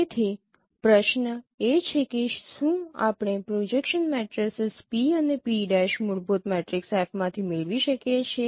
તેથી પ્રશ્ન એ છે કે શું આપણે પ્રોજેક્શન મેટ્રિસીસ P અને P' મૂળભૂત મેટ્રિક્સ F માંથી મેળવી શકીએ છીએ